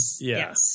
yes